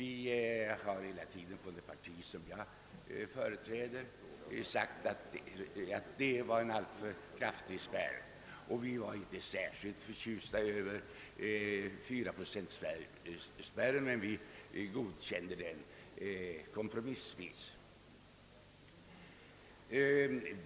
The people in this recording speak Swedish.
I det parti jag företräder tyckte vi att det var en alltför kraftig spärr, och vi var inte heller särskilt förtjusta över 4-procentspärren i det föreliggande vilande förslaget, men vi godkände den kompromissvis.